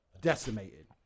Decimated